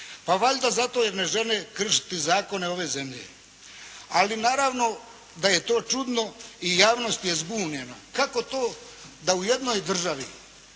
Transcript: Pa valjda zato jer ne žele kršiti zakone ove zemlje. Ali naravno da je to čudno i javnost je zbunjena. Kako to da u jednoj državi